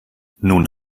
nun